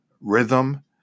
rhythm